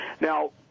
Now